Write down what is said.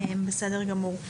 בסדר גמור.